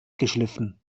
geschliffen